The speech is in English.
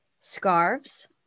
scarves